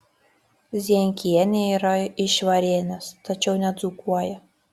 zienkienė yra iš varėnės tačiau nedzūkuoja